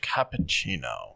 Cappuccino